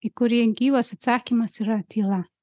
į kurį gyvas atsakymas yra tyla